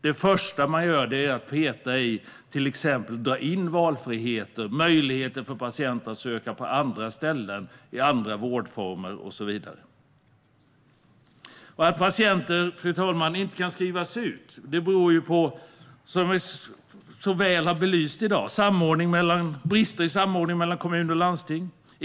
Det första som man gör är att dra in på valfriheten, möjligheten för patienter att söka sig till andra ställen, till andra vårdformer och så vidare. Fru talman! Att patienter inte kan skrivas ut beror på - som så väl har belysts i dag - brister i samordning mellan kommuner och landsting.